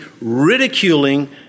ridiculing